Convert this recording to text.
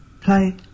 play